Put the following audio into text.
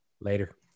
Later